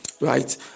right